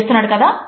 చేస్తున్నాడు కదా